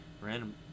Random